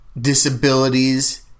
disabilities